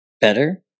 better